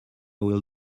will